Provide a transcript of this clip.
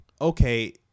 okay